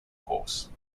course